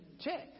check